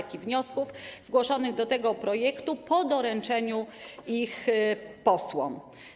poprawek i wniosków zgłoszonych do tego projektu po doręczeniu ich posłom.